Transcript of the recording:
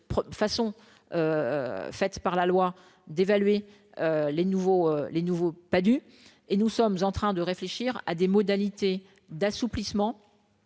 façon, faites par la loi, d'évaluer les nouveaux, les nouveaux pas du et nous sommes en train de réfléchir à des modalités d'assouplissement,